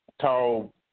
tall